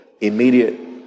immediate